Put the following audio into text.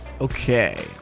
Okay